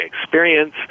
experience